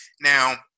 Now